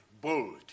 bold